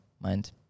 mind